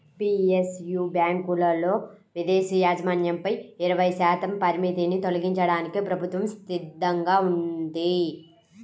PSU బ్యాంకులలో విదేశీ యాజమాన్యంపై ఇరవై శాతం పరిమితిని తొలగించడానికి ప్రభుత్వం సిద్ధంగా ఉంది